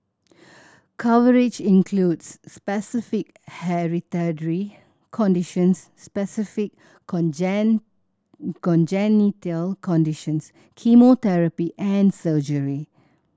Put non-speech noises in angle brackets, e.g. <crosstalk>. coverage includes specified hereditary conditions specified <unintelligible> congenital conditions chemotherapy and surgery